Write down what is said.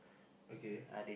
okay